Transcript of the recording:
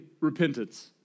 repentance